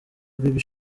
baby